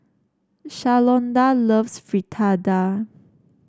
Shalonda loves Fritada